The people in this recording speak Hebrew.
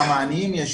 כמה עניים יש.